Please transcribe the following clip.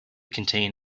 contain